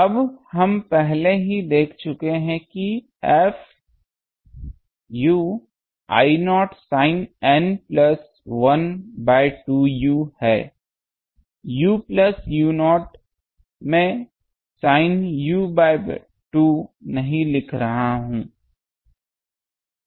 अब हम पहले ही देख चुके हैं कि F I0 sin N plus 1 by 2 u है u प्लस u0 मैं sin u बाय 2 नहीं लिख रहा हूं